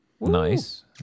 Nice